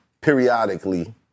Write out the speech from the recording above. periodically